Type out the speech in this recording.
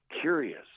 curious